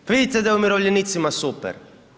Pa vidite da je umirovljenicima super.